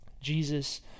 Jesus